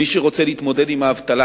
מי שרוצה להתמודד עם האבטלה,